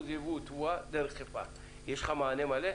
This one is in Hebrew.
של התבואה דרך חיפה יש לך מענה מלא?